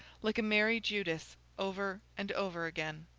like a merry judas, over and over again.